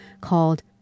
called